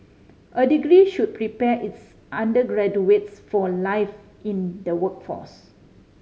a degree should prepare its undergraduates for life in the workforce